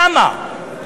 למה?